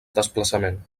desplaçament